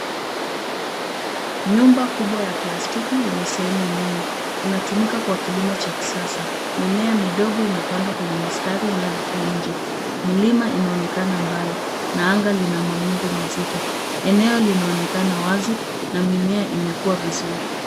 Nyumba kubwa ya plastiki yenye sehemu nyingi. Inatumika kwa kilimo cha kisasa. Mimea midogo imepandwa kwenye mistari nadhifu nje. Milima inaonekana mbali na anga lina mawingu mazito. Eneo linaonekana wazi na mimea imekuwa vizuri.